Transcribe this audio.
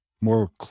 more